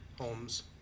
homes